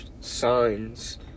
signs